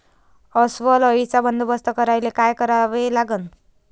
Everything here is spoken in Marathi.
अस्वल अळीचा बंदोबस्त करायले काय करावे लागन?